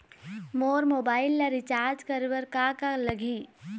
मोर mobile ला recharge करे बर का का लगही?